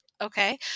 Okay